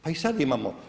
Pa i sada imamo.